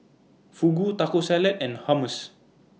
Fugu Taco Salad and Hummus